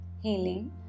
healing